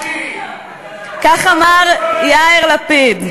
כך אמר יאיר לפיד,